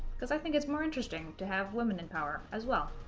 because i think it's more interesting to have women in power as well.